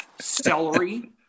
celery